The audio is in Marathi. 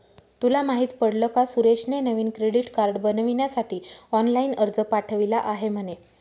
तुला माहित पडल का सुरेशने नवीन क्रेडीट कार्ड बनविण्यासाठी ऑनलाइन अर्ज पाठविला आहे म्हणे